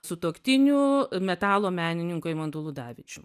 sutuoktiniu metalo menininku eimantu ludavičium